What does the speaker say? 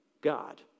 God